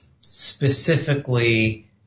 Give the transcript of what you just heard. specifically